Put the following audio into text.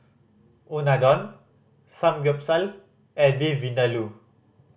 Unadon Samgyeopsal and Beef Vindaloo